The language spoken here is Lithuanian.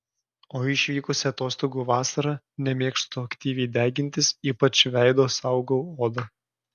o išvykusi atostogų vasarą nemėgstu aktyviai degintis ypač veido saugau odą